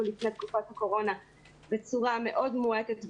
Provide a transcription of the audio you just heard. לפני תקופת הקורונה בצורה מאוד מועטת ורעועה,